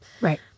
Right